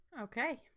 Okay